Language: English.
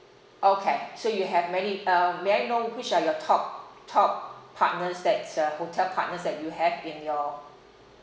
okay so you have many uh may I know which are your top top partners that's a hotel partners that you have in your